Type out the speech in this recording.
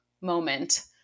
moment